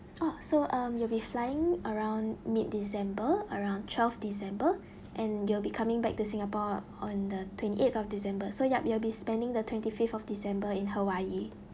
oh so um you'll be flying around mid december around twelve december and you'll be coming back to singapore on the twenty eighth of december so yup you'll be spending the twenty fifth of december in hawaii